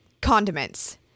condiments